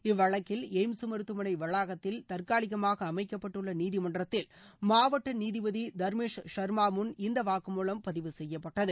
இவ்வழக்கில் எய்ம்ஸ் மருத்துவமனை வளாகத்தில் தற்காலிகமாக அமைக்கப்பட்டுள்ள நீதிமன்றத்தில் மாவட்ட நீதிபதி தர்மேஷ் சர்மா முன் இந்த வாக்குமூலம் பதிவு செய்யப்பட்டது